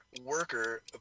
worker